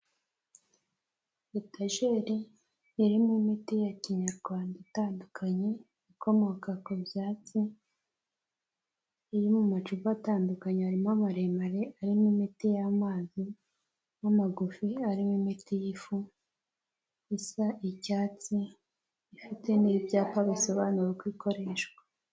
Etajeri irimo imiti ya kinyarwanda itandukanye, ikomoka ku byatsi, iri mu macupa atandukanye, harimo amaremare arimo imiti y'amazi, n'amagufi arimo imiti y'ifu isa'icyatsi ifite n'ibyapa bisobanura uko ikoreshwa.